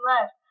left